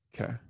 Okay